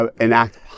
enact